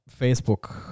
Facebook